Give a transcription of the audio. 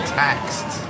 taxed